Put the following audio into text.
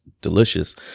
delicious